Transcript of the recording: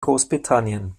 großbritannien